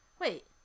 Wait